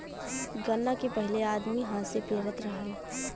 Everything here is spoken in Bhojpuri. गन्ना के पहिले आदमी हाथ से पेरत रहल